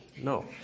No